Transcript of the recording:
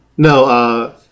No